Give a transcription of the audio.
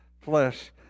flesh